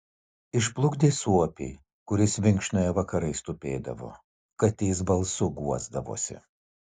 išplukdė suopį kuris vinkšnoje vakarais tupėdavo katės balsu guosdavosi